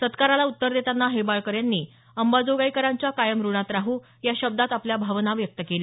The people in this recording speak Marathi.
सत्काराला उत्तर देताना हेबाळकर यांनी अंबाजोगाईकरांच्या कायम ऋणात राहू या शब्दांत आपल्या भावना व्यक्त केल्या